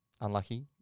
unlucky